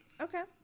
Okay